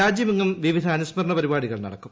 രാജ്യമെങ്ങും വിവിധ അന്യൂസ്മർണ് പരിപാടികൾ നടക്കും